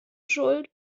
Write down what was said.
schuld